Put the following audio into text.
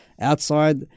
outside